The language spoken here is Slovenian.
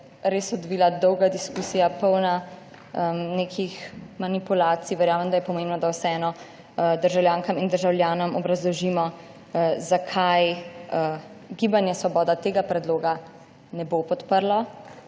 res odvila dolga diskusija polna nekih manipulacij, verjamem, da je pomembno, da državljankam in državljanom obrazložimo, zakaj Gibanje Svoboda tega predloga ne bo podprlo.